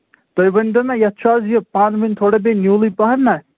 تُہۍ ؤنۍتو مےٚ یَتھ چھُ آز یہِ پَن ؤنۍ تھوڑا بیٚیہِ نیوٗلٕے پَہم نہ